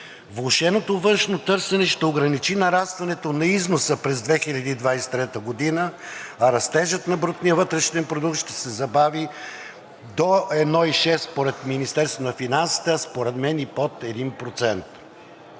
Влошеното външно търсене ще ограничи нарастването на износа през 2023 г., а растежът на брутния вътрешен продукт ще се забави до 1,6% според Министерството на